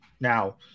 Now